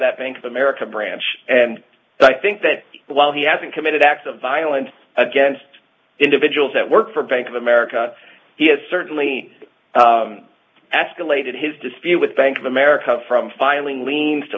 that bank of america branch and i think that while he hasn't committed acts of violence against individuals that work for bank of america he has certainly ask elated his dispute with bank of america from filing liens to